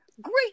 great